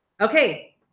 Okay